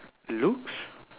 looks